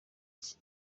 iki